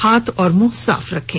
हाथ और मुंह साफ रखें